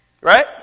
Right